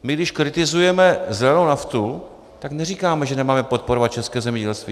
Když kritizujeme zelenou naftu, tak neříkáme, že nemáme podporovat české zemědělství.